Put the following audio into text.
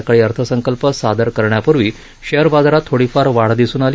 सकाळी अर्थसंकल्प सादर करण्यापूर्वी शेअर बाजारात थोडीफार वाढ दिसून आली